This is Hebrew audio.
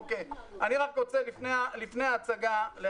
לפני ההצגה אני רוצה